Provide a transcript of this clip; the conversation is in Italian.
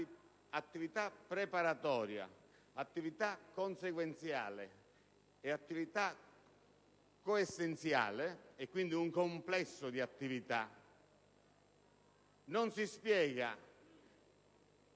attività preparatoria, attività consequenziale e attività coessenziale - e quindi un complesso di attività - non si spiega